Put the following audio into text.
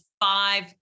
five